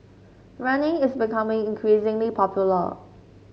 running is becoming increasingly popular